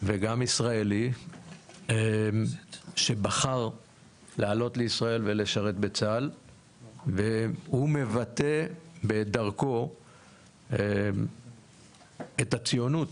וגם ישראלי שבחר לעלות לישראל ולשרת בצה"ל והוא מבטא בדרכו את הציונות,